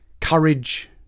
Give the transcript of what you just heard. courage